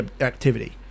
activity